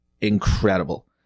incredible